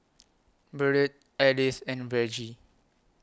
Burdette Edith and Vergie